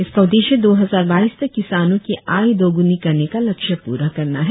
इसका उद्देश्य दो हजार बाईस तक किसानों की आय दोगुनी करने का लक्ष्य पूरा करना है